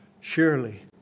Surely